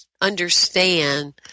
understand